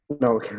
No